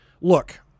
Look